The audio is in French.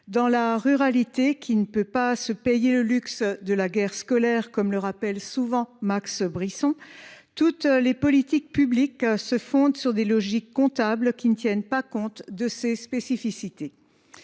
quant à elle, ne peut pas se payer le luxe de la guerre scolaire, comme le rappelle souvent Max Brisson ; or toutes les politiques publiques qui s’y rapportent se fondent sur des logiques comptables qui ne tiennent pas compte de ses spécificités.